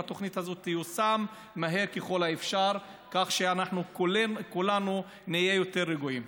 ושהתוכנית הזו תיושם מהר ככל האפשר כך שאנחנו כולנו נהיה יותר רגועים.